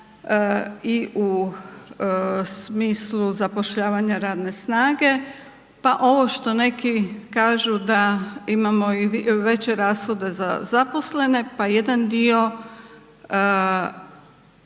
i u smislu zapošljavanja radne snage, pa ovo što neki kažu da imamo i veće rashode za zaposlene, pa jedan dio